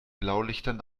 blaulichtern